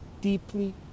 deeply